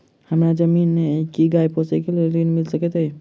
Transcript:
हमरा जमीन नै अई की गाय पोसअ केँ लेल ऋण मिल सकैत अई?